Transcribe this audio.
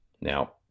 Now